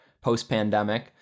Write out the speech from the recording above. post-pandemic